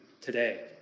today